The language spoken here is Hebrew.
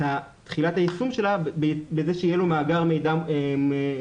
תחילת היישום שלה בזה שיהיה לו מאגר מידע כללי,